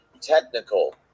technical